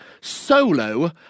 solo